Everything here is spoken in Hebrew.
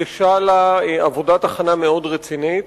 הוקדשה לה עבודת הכנה מאוד רצינית.